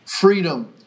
freedom